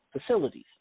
facilities